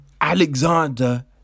Alexander